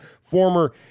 former